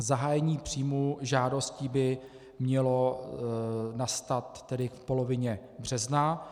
Zahájení příjmu žádostí by mělo nastat v polovině března.